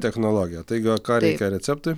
technologija tai gal ką reikia receptui